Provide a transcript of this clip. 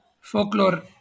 folklore